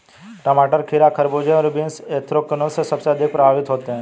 टमाटर, खीरा, खरबूजे और बीन्स एंथ्रेक्नोज से सबसे अधिक प्रभावित होते है